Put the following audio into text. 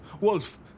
Wolf